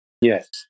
Yes